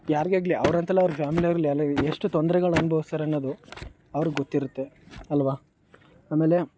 ಯಾರಿಗೇ ಆಗಲಿ ಅವ್ರಂತಲ್ಲ ಅವ್ರ ಫ್ಯಾಮಿಲಿಯವ್ರಲ್ಲಿ ಎಷ್ಟು ತೊಂದ್ರೆಗಳು ಅನುಭವ್ಸ್ತಾರೆ ಅನ್ನೋದು ಅವ್ರಿಗೆ ಗೊತ್ತಿರುತ್ತೆ ಅಲ್ವ ಆಮೇಲೆ